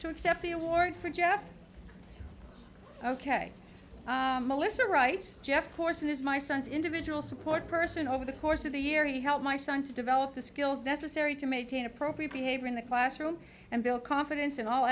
to accept the award for jeff ok listen right jeff corson is my son's individual support person over the course of the year he helped my son to develop the skills necessary to maintain appropriate behavior in the classroom and build confidence in all